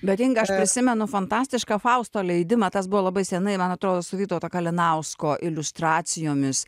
bet inga aš prisimenu fantastišką fausto leidimą tas buvo labai seniai man atrodo su vytauto kalinausko iliustracijomis